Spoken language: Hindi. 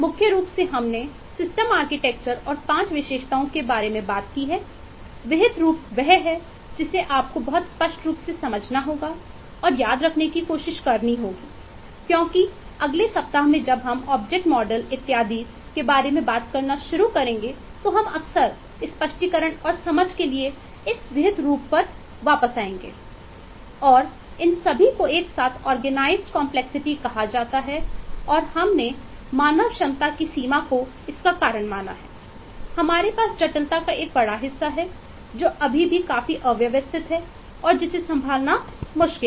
मुख्य रूप से हमने सिस्टम आर्किटेक्चर कहा जाता है और हमने मानव क्षमता की सीमा को इसका कारण माना है हमारे पास जटिलता का एक बड़ा हिस्सा है जो अभी भी काफी अव्यवस्थित है और जिसे संभालना मुश्किल है